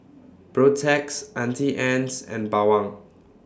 Protex Auntie Anne's and Bawang